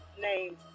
name